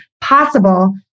possible